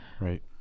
Right